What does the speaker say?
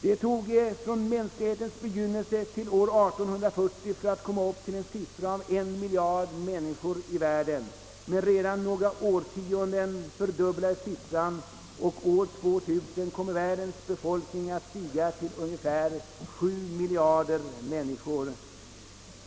Det dröjde från mänsklighetens begynnelse till år 1840 att komma upp till en siffra av en miljard människor i världen. Men redan på några årtionden fördubblades siffran, och år 2000 kommer världens befolkning att ha stigit till ungefär 7 miljarder människor.